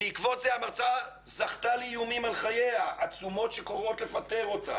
בעקבות זה המרצה זכתה לאיומים על חייה ועצומות שקוראות לפטר אותה.